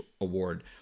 award